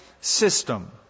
system